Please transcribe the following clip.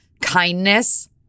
kindness